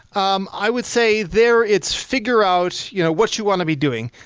um i would say there, it's figure out you know what you want to be doing.